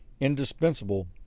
indispensable